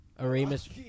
Aramis